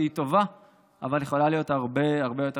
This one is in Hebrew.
שהיא טובה אבל יכולה להיות הרבה הרבה יותר